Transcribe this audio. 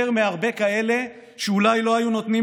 יותר מהרבה כאלה שאולי לא היו נותנים